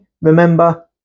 remember